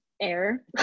Air